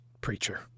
Preacher